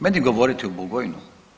Meni govoriti o Bugojnu.